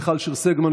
מיכל שיר סגמן,